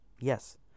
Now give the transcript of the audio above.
Yes